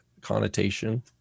connotation